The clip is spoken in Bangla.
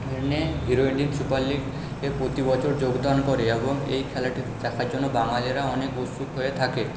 এখানে হিরো লিগ সুপার লিগে প্রতি বছর যোগদান করে এবং এই খেলাটি দেখার জন্য বাঙালিরা অনেক উৎসুক হয়ে থাকে